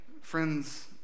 friends